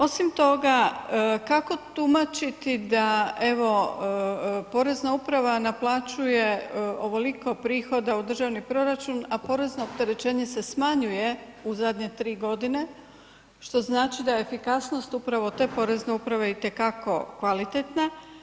Osim toga kako tumačiti da evo porezna uprava naplaćuje ovoliko prihoda u državni proračun a porezno opterećenje se smanjuje u zadnje tri godine što znači da je efikasnost upravo te porezne uprave itekako kvalitetna.